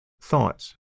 thoughts